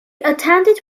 attended